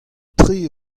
tre